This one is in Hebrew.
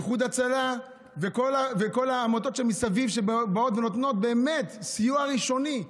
איחוד הצלה וכל העמותות מסביב שנותנות סיוע ראשוני.